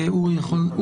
בתקנה 15,